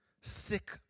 Sick